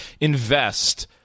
invest